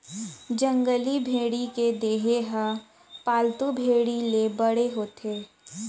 जंगली भेड़ी के देहे ह पालतू भेड़ी ले बड़े होथे